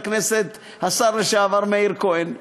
השר לשעבר מאיר כהן,